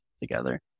together